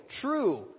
true